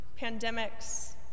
pandemics